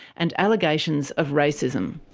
and allegations of racism.